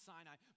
Sinai